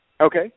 Okay